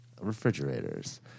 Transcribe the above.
refrigerators